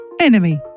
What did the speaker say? Enemy